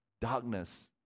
darkness